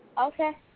Okay